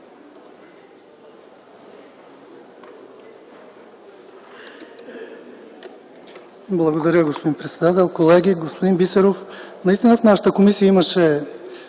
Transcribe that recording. Благодаря, господин председател. Колеги! Господин Бисеров, наистина в нашата комисия имаше